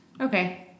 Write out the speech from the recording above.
okay